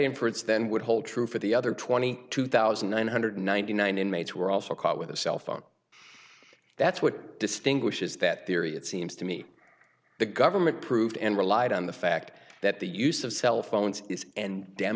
inference then would hold true for the other twenty two thousand nine hundred ninety nine inmates who were also caught with a cell phone that's what distinguishes that theory it seems to me the government proved and relied on the fact that the use of cell phones and d